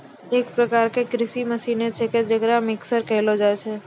एक प्रकार क कृषि मसीने छिकै जेकरा मिक्सर कहलो जाय छै